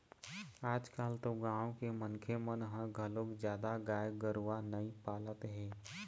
आजकाल तो गाँव के मनखे मन ह घलोक जादा गाय गरूवा नइ पालत हे